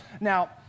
Now